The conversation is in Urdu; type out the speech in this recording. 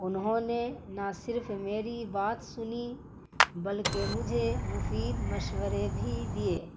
انہوں نے نہ صرف میری بات سنی بلکہ مجھے مفید مشورے بھی دیے